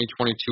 2022